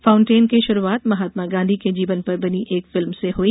fountain की शुरुआत महात्मा गांधी के जीवन पर बनी एक फिल्म से हुई